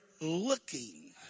looking